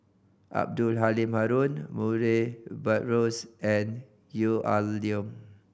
Abdul Halim Haron Murray Buttrose and Gwee Ah Leng